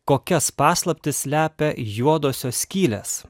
kokias paslaptis slepia juodosios skylės